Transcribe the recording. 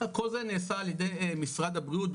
כל זה נעשה על ידי משרד הבריאות,